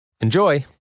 Enjoy